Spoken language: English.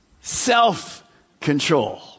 self-control